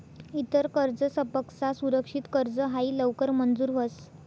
इतर कर्जसपक्सा सुरक्षित कर्ज हायी लवकर मंजूर व्हस